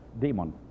demon